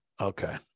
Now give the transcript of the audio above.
okay